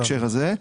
בהקשר הזה.